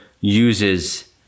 uses